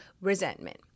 resentment